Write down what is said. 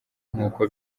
nkuko